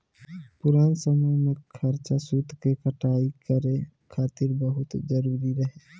पुरान समय में चरखा सूत के कटाई करे खातिर बहुते जरुरी रहे